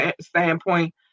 standpoint